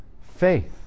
faith